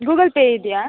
Google Pay ಇದೆಯಾ